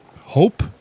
hope